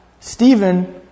Stephen